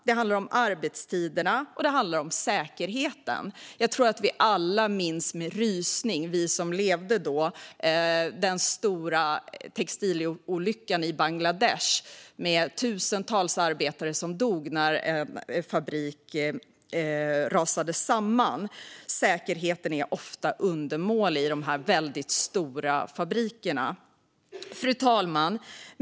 Det handlar om löner, arbetstider och säkerhet. Alla vi som levde då minns nog med en rysning den stora textilolyckan i Bangladesh, då tusentals arbetare dog när en fabrik rasade samman. Säkerheten i dessa stora fabriker är ofta undermålig. Fru talman!